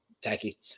tacky